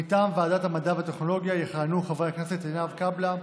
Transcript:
מטעם ועדת המדע והטכנולוגיה יכהנו חברי הכנסת עינב קאבלה,